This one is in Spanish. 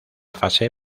fase